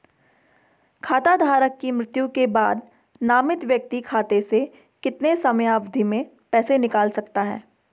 खाता धारक की मृत्यु के बाद नामित व्यक्ति खाते से कितने समयावधि में पैसे निकाल सकता है?